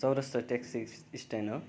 चौरस्ता taxi stand हो